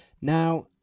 now